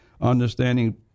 understanding